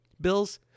Bills